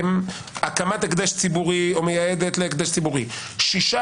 הקמת הקדש ציבורי או מייעדת להקדש ציבורי; חלפו שישה